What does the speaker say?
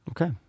Okay